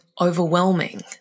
overwhelming